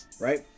right